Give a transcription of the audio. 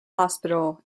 hospital